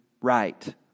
right